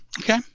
okay